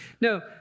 No